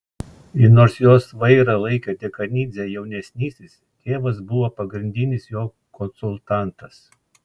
ir nors jos vairą laikė dekanidzė jaunesnysis tėvas buvo pagrindinis jo konsultantas